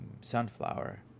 sunflower